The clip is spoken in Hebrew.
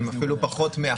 הם אפילו פחות מ-1%.